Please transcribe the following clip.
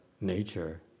nature